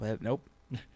nope